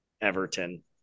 Everton